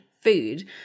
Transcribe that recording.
food